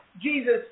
Jesus